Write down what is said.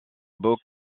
beau